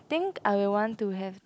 think I want to have